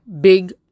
big